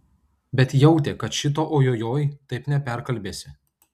bet jautė kad šito ojojoi taip neperkalbėsi